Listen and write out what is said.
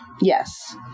yes